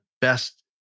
best